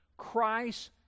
Christ